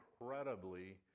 incredibly